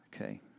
Okay